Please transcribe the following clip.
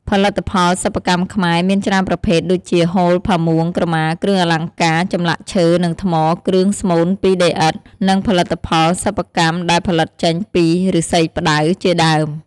ផលិតផលសិប្បកម្មខ្មែរមានច្រើនប្រភេទដូចជា ហូល ផាមួង ក្រម៉ា គ្រឿងអលង្ការ ចម្លាក់ឈើនិងថ្ម គ្រឿងស្មូនពីដីឥដ្ធ និងផលិផលសិប្បកម្មដែលផលិតចេញពីឬស្សីផ្តៅ ជាដើម។